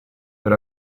per